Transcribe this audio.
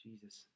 Jesus